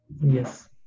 Yes